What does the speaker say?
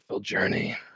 journey